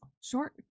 short